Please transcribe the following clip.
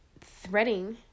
threading